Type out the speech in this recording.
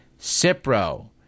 Cipro